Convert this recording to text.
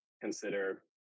consider